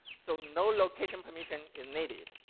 so no location permission is needed.